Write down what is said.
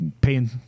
paying